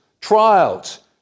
trials